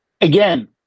Again